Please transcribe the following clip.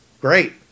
Great